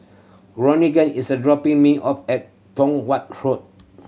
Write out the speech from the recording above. Georgeann is a dropping me off at Tong Watt Road